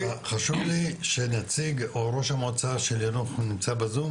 חשוב לי שראש המועצה של יאנוח או נציג שלו שיהיה בזום,